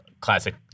classic